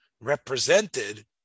represented